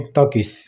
Talkies